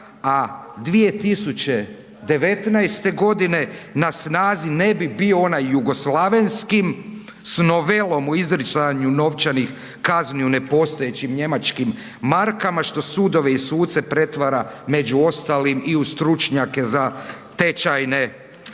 a 2019. godine na snazi ne bi bio onaj jugoslavenski s novelom u izricanju novčanih kazni u nepostojećim njemačkim markama što sudove i suce pretvara među ostalim stručnjake za tečajne razlike.